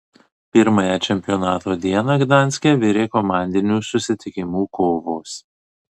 pirmąją čempionato dieną gdanske virė komandinių susitikimų kovos